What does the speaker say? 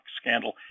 scandal